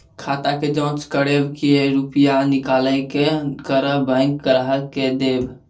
खाता के जाँच करेब के रुपिया निकैलक करऽ बैंक ग्राहक के देब?